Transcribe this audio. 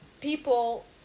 people